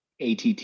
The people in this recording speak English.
ATT